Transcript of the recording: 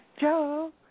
Joe